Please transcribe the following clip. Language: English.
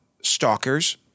stalkers